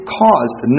caused